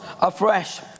afresh